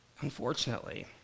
unfortunately